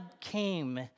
came